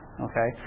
okay